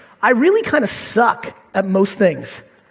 i really kind of suck at most things.